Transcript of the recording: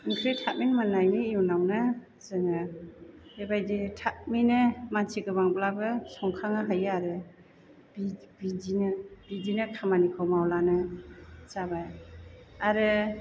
ओंख्रि थाबैनो मोन्नायनि उनावनो जोङो बेबायदि थाबैनो मानसि गोबांब्लाबो संखांनो हायो आरो बिदिनो बिदिनो खामानिखौ मावब्लानो जाबाय आरो